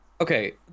Okay